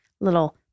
little